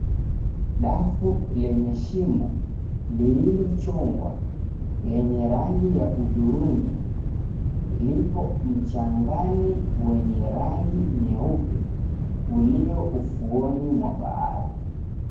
Dafu lenye shimo lililochongwa lenye rangi ya hudhurungi lipo mchangani wenye rangi nyeupe uliyo ufuoni mwa bahari.